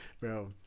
Bro